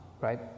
right